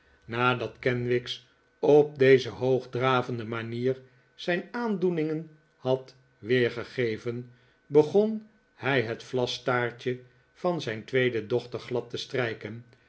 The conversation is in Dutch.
nadat kenwigs op deze hoogdravende manier zijn aandoeningen had weergegeven begon hij het vlasstaartje van zijn tweede dochter glad te strijken